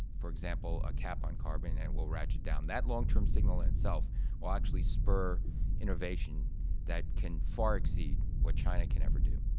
for example, a cap on carbon and we'll ratchet down that long-term signal itself will actually spur innovation that can far exceed what china can ever do.